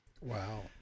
Wow